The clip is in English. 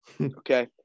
Okay